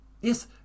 yes